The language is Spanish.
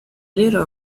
little